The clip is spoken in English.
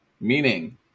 Meaning